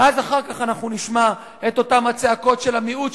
ואז אנחנו נשמע את אותן הצעקות של המיעוט,